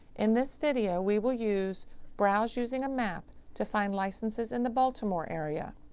in this video we will use browse using a map to find licenses in the baltimore area.